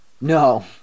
No